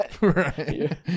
Right